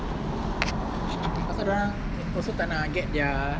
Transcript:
pasal dorang also kena get their